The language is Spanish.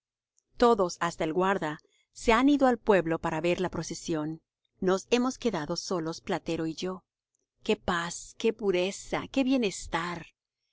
todos hasta el guarda se han ido al pueblo para ver la procesión nos hemos quedado solos platero y yo qué paz qué pureza qué bienestar